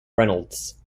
reynolds